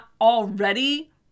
already